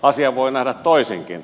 asian voi nähdä toisinkin